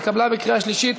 התקבלה בקריאה שלישית,